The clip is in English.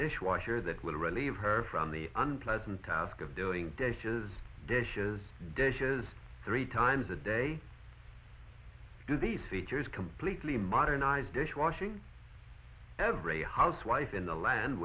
dishwasher that will relieve her from the unpleasant task of doing dishes dishes dishes three times a day do these features completely modernised dish washing ever a housewife in the land